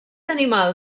animal